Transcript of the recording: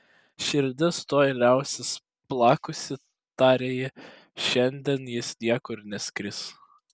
širdis tuoj liausis plakusi tarė ji šiandien jis niekur neskris